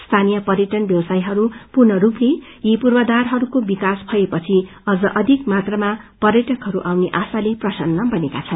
सीनीय प्यटन व्यवसीहरू पूर्ण स्पले यी पूर्वायारहरूको विकास भएपछि अझ अधिक मात्रामा पर्यटकहरू आउने आशाले प्रसन्न बनेका छन्